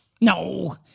No